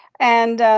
and,